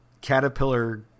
caterpillar